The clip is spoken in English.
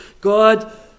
god